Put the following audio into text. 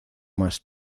más